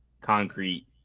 concrete